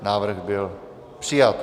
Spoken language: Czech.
Návrh byl přijat.